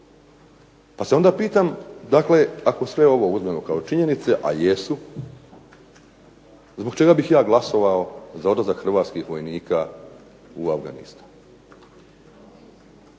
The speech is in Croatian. Pa se onda pitam ako sve ovo uzmemo kao činjenice, a jesu, zbog čega bih ja glasovao za odlazak hrvatskih vojnika u Afganistan.